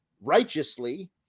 righteously